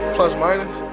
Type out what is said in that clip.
Plus-minus